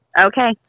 Okay